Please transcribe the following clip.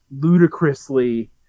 ludicrously